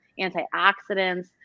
antioxidants